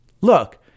look